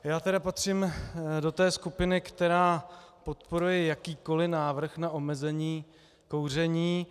Já tedy patřím do skupiny, která podporuje jakýkoliv návrh na omezení kouření.